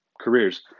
careers